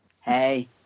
hey